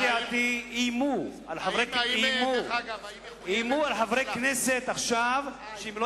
איימו על חברי כנסת עכשיו שאם לא